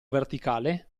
verticale